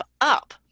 up